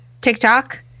tiktok